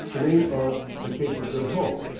the name of the cape of good hope,